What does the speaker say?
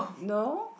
no